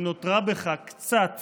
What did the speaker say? אם נותרה בך קצת